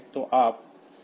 तो यह 8000 है